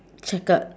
checkered